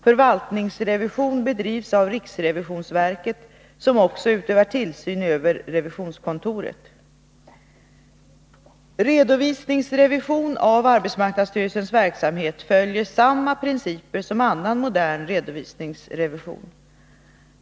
Förvaltningsrevision bedrivs av riksrevisionsverket, som också utövar tillsyn över revisionskontoret. Redovisningsrevision av arbetsmarknadsstyrelsens verksamhet följer samma principer som annan modern redovisningsrevision.